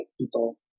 people